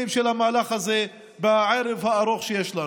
של המהלך הזה בערב הארוך שיש לנו.